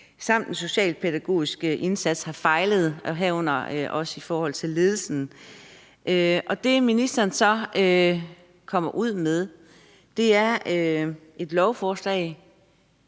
og en socialpædagogisk indsats har fejlet, herunder også i forhold til ledelsen. Det, ministeren så kommer ud med, er et lovforslag,